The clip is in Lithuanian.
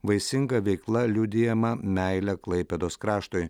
vaisinga veikla liudijama meile klaipėdos kraštui